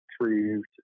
proved